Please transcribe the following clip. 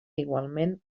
igualment